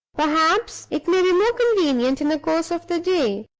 perhaps it may be more convenient in the course of the day?